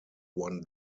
one